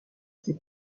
ses